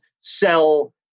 sell